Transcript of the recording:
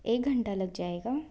एक घंटा लग जाएगा